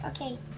Okay